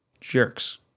jerks